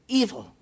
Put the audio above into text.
evil